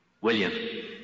William